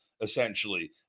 essentially